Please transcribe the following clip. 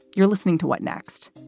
you're listening to what next?